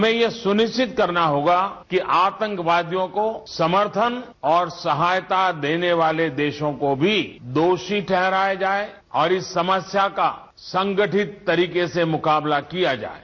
हमें यह सुनिश्ति करना होगा कि आतंकवादियों को समर्थन और सहायता देने वाले देशों को भी दोषी ठहराया जाये और इस समस्या का संगठित तरीके से मुकाबला किया जाये